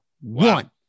one